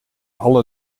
alle